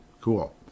Cool